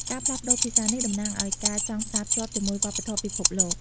ការផ្លាស់ប្តូរភាសានេះតំណាងឱ្យការចង់ផ្សាភ្ជាប់ជាមួយវប្បធម៌ពិភពលោក។